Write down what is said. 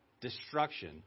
destruction